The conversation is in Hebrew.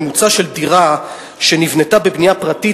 ממוצע השטח של דירה שנבנתה בבנייה פרטית